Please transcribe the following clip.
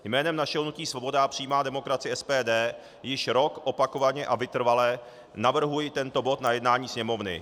Jménem našeho hnutí Svoboda a přímá demokracie, SPD, již rok opakovaně a vytrvale navrhuji tento bod na jednání Sněmovny.